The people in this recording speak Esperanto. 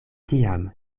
tiam